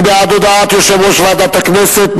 מי בעד הודעת יושב-ראש ועדת הכנסת?